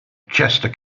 chester